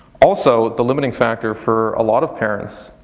also, the limiting factor for a lot of parents,